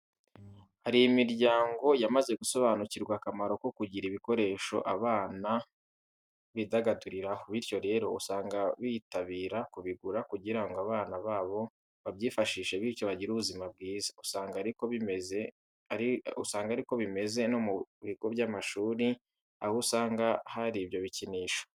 Hari imiryango yamaze gusobanukirwa akamaro ko kugira ibikoresho abana bidagaduriraho. Bityo rero usanga bitabira kubigura kugira ngo abana babo babyifashishe bityo bagire ubuzima bwiza. Usanga ariko bimeze no ku bigo by'amashuri, aho usanga hari ibyo bikinisho.